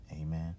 Amen